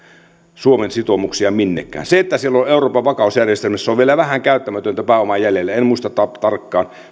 suomen sitoumuksia minnekään kun euroopan vakausjärjestelmässä on vielä vähän käyttämätöntä pääomaa jäljellä en muista tarkkaa summaa